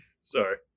Sorry